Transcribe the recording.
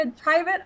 private